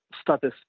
status